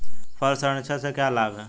फल संरक्षण से क्या लाभ है?